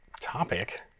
topic